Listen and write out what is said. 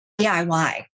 DIY